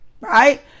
right